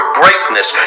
greatness